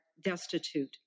destitute